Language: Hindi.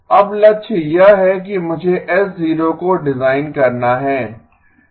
अब लक्ष्य यह है कि मुझे H0 को डिजाइन करना है